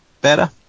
better